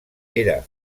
era